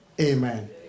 Amen